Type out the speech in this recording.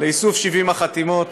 באיסוף 70 החתימות